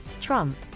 Trump